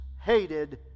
hated